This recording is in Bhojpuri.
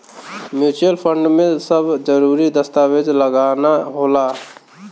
म्यूचुअल फंड में सब जरूरी दस्तावेज लगाना होला